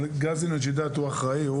אבל גאזי הוא אחראי,